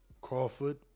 Crawford